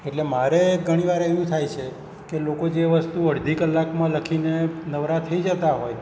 એટલે મારે ઘણીવાર એવું થાય છે કે લોકો જે વસ્તુ અડધી કલાકમાં લખીને નવરા થઈ જતાં હોય